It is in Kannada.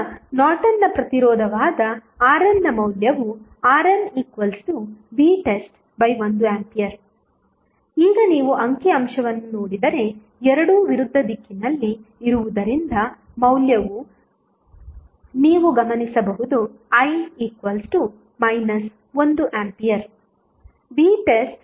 ಈಗ ನಾರ್ಟನ್ನ ಪ್ರತಿರೋಧವಾದ RN ನ ಮೌಲ್ಯವು RNvtest1A ಈಗ ನೀವು ಅಂಕಿ ಅಂಶವನ್ನು ನೋಡಿದರೆ ಎರಡೂ ವಿರುದ್ಧ ದಿಕ್ಕಿನಲ್ಲಿ ಇರುವುದರಿಂದ ಮೌಲ್ಯವು ನೀವು ಗಮನಿಸಬಹುದು i 1A